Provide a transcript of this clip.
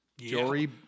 Jory